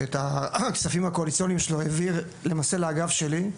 שאת הכספים הקואליציוניים שלו העביר למעשה לאגף שלי,